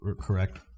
correct